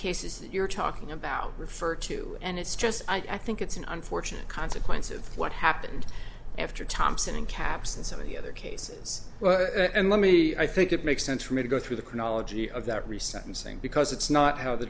cases that you're talking about refer to and it's just i think it's an unfortunate consequence of what happened after thompson caps and so many other cases and let me i think it makes sense for me to go through the chronology of that recent thing because it's not how the